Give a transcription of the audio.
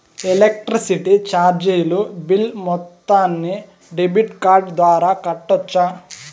Electricity చార్జీలు bill మొత్తాన్ని debit card ద్వారా కట్టొచ్చా?